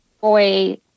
boy